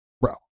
bro